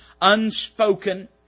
unspoken